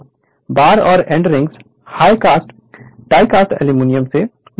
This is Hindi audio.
जब दूसरे या तीसरे वर्ष के इंडक्शन मशीन एक्सपेरिमेंट्स को देखेंगे उस समय वाउंड रोटर मशीन निश्चित रूप से देखेंगे